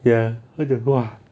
ya 他讲过啊